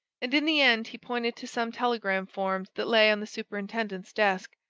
and in the end he pointed to some telegram forms that lay on the superintendent's desk.